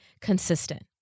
consistent